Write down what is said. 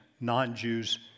non-Jews